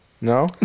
no